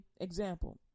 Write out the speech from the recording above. example